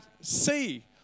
see